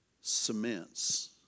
cements